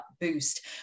boost